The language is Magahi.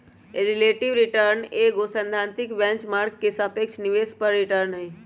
रिलेटिव रिटर्न एगो सैद्धांतिक बेंच मार्क के सापेक्ष निवेश पर रिटर्न हइ